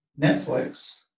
Netflix